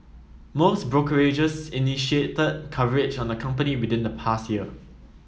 most brokerages initiated coverage on the company within the past year